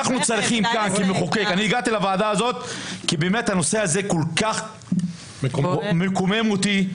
אני הגעתי לוועדה הזאת כי הנושא הזה כל כך מקומם אותי,